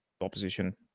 opposition